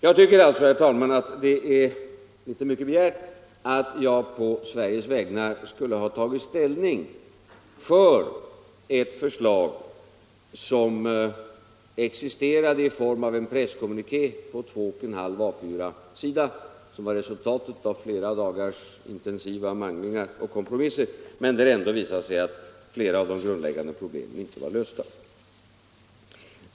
Jag tycker sålunda, herr talman, att det är litet mycket begärt att jag på Sveriges vägnar skulle ha tagit ställning för ett förslag som existerade i form av en presskommuniké på två och en halv A-4 sida, som var resultatet av flera dagars intensiva manglingar och kompromisser men som ändå visade att flera av de grundläggande problemen inte var lösta.